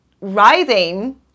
writhing